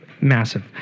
massive